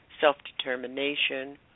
self-determination